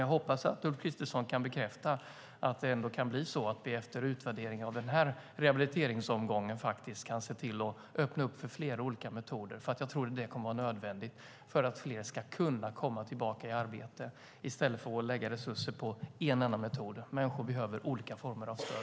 Jag hoppas att Ulf Kristersson kan bekräfta att vi efter utvärdering av den här rehabiliteringsomgången kan se till att öppna upp för flera olika metoder - jag tror att det kommer att vara nödvändigt för att fler ska kunna komma tillbaka i arbete - i stället för att lägga resurser på en enda metod. Människor behöver olika former av stöd.